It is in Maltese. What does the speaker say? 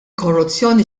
korruzzjoni